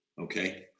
Okay